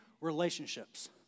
relationships